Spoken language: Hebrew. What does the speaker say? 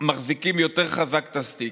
מחזיקים יותר חזק את הסטיק,